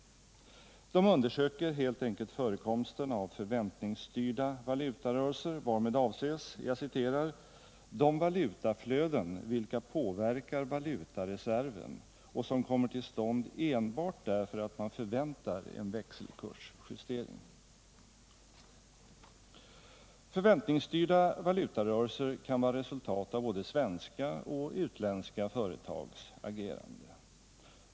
De undersöker helt enkelt förekomsten av förväntningsstyrda valutarörelser, varmed avses ”de valutaflöden vilka påverkar valutareserven och som kommer till stånd enbart därför att man förväntar en växelkursjustering”. Förväntningsstyrda valutarörelser kan vara resultat av både svenska och utländska företags agerande.